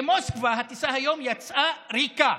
למוסקבה הטיסה היום יצאה ריקה.